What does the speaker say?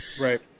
right